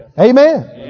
Amen